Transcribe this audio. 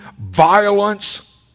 violence